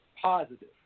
Positive